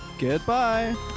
Goodbye